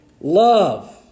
love